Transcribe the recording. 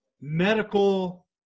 medical